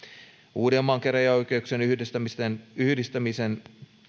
uudenmaan käräjäoikeuksien yhdistämisen yhdistämisen